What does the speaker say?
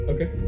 Okay